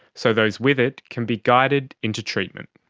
so those with it can be guided into treatment.